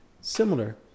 similar